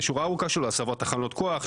הסבות תחנות כוח,